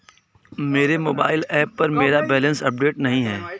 मेरे mobile app पर मेरा बैलेंस अपडेट नहीं है